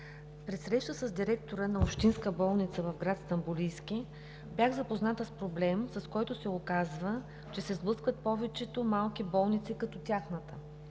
при среща с директора на общинска болница в град Стамболийски бях запозната с проблем, с който се оказва, че се сблъскват повечето малки болници като тяхната.